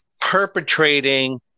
perpetrating